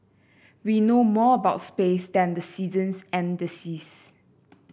we know more about space than the seasons and the seas